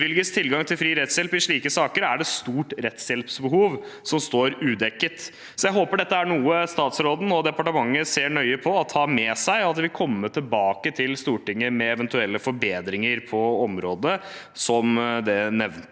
innvilges tilgang til fri rettshjelp i slike saker, er det et stort rettshjelpsbehov som står udekket. Jeg håper dette er noe statsråden og departementet ser nøye på og tar med seg, og at de vil komme tilbake til Stortinget med eventuelle forbedringer på området, som de jeg nevnte,